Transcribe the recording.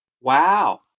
Wow